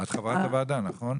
את חברת הוועדה, נכון?